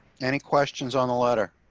any questions on the letter.